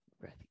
Breath